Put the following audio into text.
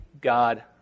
God